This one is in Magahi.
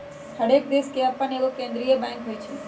हरेक देश के अप्पन एगो केंद्रीय बैंक होइ छइ